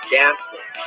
dancing